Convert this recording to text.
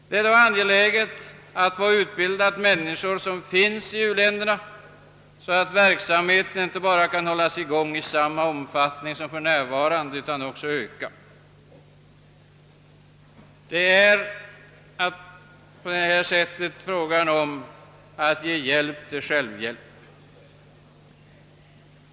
Det är därför angeläget att så många människor i utvecklingsländerna utbildas i sjukvård, att verksamheten inte bara kan hållas i gång i samma omfattning som för närvarande utan också kan öka. Det är med andra ord fråga om att ge hjälp till självhjälp.